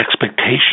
expectations